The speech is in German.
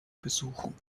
besuchen